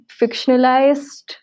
fictionalized